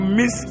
miss